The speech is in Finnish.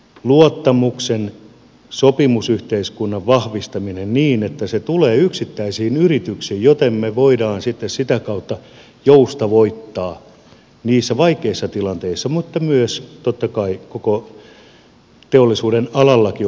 luottamuksen sopimusyhteiskunnan vahvistaminen niin että se tulee yksittäisiin yrityksiin jolloin me voimme sitten sitä kautta joustavoittaa niissä vaikeissa tilanteissa mutta myös totta kai koskien koko teollisuudenalallakin olevaa kehitystä